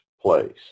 place